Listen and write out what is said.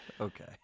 Okay